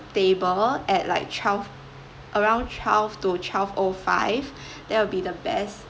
table at like twelve around twelve to twelve O five that will be the best